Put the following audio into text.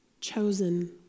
Chosen